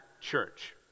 church